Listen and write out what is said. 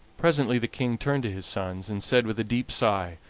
presently the king turned to his sons, and said, with a deep sigh